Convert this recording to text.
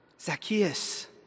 Zacchaeus